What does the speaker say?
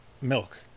milk